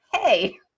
hey